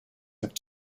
have